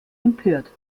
empört